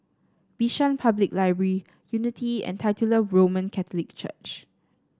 Bishan Public Library Unity and Titular Roman Catholic Church